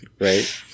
Right